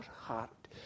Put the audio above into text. heart